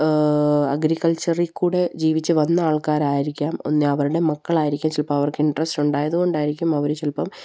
അഗ്രിക്കൾച്ചറിലൂടെ ജീവിച്ചുവന്ന ആൾക്കാരായിരിക്കാം ഒന്നുകില് അവരുടെ മക്കളായിരിക്കാം ചിലപ്പോള് അവർക്ക് ഇൻട്രസ്റ്റ് ഉണ്ടായതുകൊണ്ടായിരിക്കും അവര് ചിലപ്പം